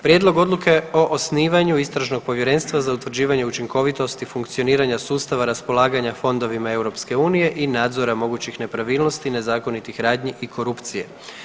Prijedlog odluke o osnivanju istražnog povjerenstva za utvrđivanje učinkovitosti, funkcioniranja sustava raspolaganja fondovima EU i nadzora mogućih nepravilnosti, nezakonitih radnji i korupcije.